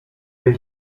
will